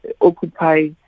occupy